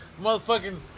motherfucking